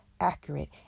accurate